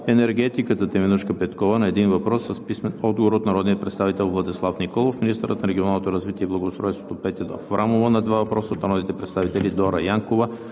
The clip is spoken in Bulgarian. енергетиката Теменужка Петкова – на един въпрос с писмен отговор от народния представител Владислав Николов; - министъра на регионалното развитие и благоустройството Петя Аврамова – на два въпроса от народните представители Дора Янкова,